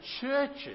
churches